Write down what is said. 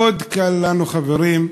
מאוד קל לנו, חברים,